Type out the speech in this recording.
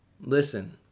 Listen